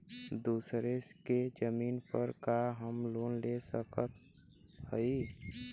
दूसरे के जमीन पर का हम लोन ले सकत हई?